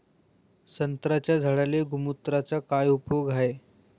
संत्र्याच्या झाडांले गोमूत्राचा काय उपयोग हाये?